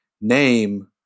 name